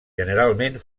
generalment